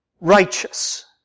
righteous